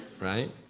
right